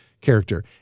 character